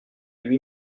lui